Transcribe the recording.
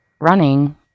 running